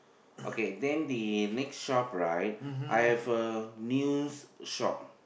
okay then the next shop right I have a news shop